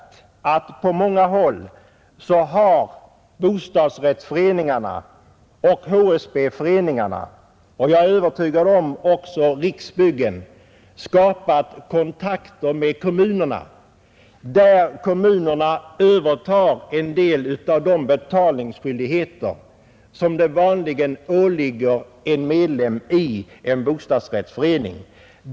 På många håll har bostadsrättsföreningarna och HSB-föreningarna — och jag är övertygad att detta även gäller Riksbyggen — skapat kontakter med kommunerna där kommu Nr 78 nerna övertar en del av de betalningsskyldigheter som åligger en medlem Torsdagen den av en bostadsrättsförening.